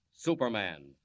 Superman